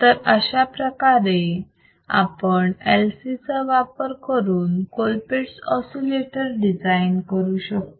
तर अशाप्रकारे आपण LC चा वापर करून कोलपिट्स ऑसिलेटर डिझाईन करू शकतो